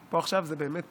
פה עכשיו זו באמת